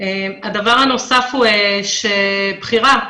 הדבר הנוסף הוא בחירה.